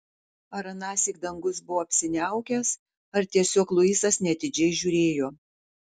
ar anąsyk dangus buvo apsiniaukęs ar tiesiog luisas neatidžiai žiūrėjo